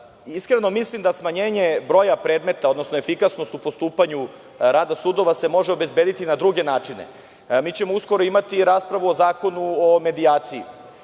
mislim da smanjenje broja predmeta, odnosno efikasnost u postupanju rada sudova se može obezbediti na druge načine. Uskoro ćemo imati i raspravu o Zakonu o medijaciji,